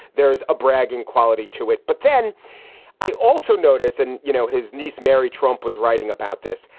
there is a bragging quality to it. but then i also notice and you know his niece, mary trump, was writing about this,